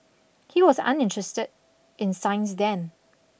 he was uninterested in science then